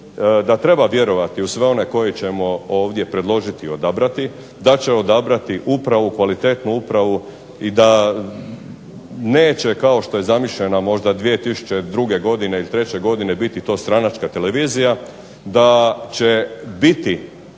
da treba vjerovati u sve one koje ćemo predložiti ovdje i odabrati da će odabrati upravo kvalitetnu upravu i da neće kao što je zamišljeno 2003. godine da će to biti stranačka televizija, da će